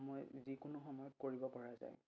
সময় যিকোনো সময়ত কৰিব পৰা যায়